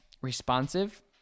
responsive